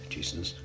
Jesus